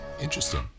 Interesting